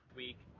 week